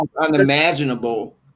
unimaginable